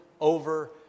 over